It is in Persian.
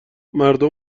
مردم